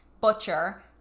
butcher